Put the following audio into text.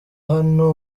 hano